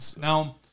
Now